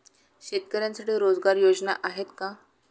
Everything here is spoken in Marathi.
शेतकऱ्यांसाठी रोजगार योजना आहेत का?